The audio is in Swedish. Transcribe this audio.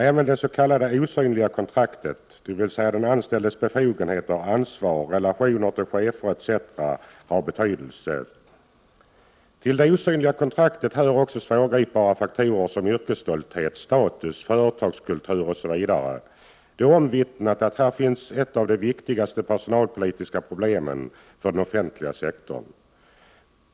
Även det s.k. osynliga kontraktet, dvs. den anställdes befogenheter, ansvar, relationer till chefer etc., har betydelse. Till det osynliga kontraktet hör också svårgripbara faktorer som yrkesstolthet, status, ”företagskultur” osv. Det är omvittnat att här finns ett av de viktigaste personalpolitiska problemen för den offentliga sektorn.